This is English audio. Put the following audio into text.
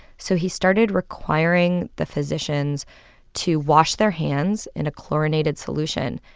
so he started requiring the physicians to wash their hands in a chlorinated solution,